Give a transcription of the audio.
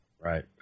right